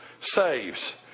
saves